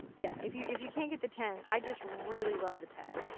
yeah. if you if you can't get the ten. i just really love the ten.